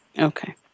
Okay